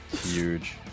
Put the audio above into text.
Huge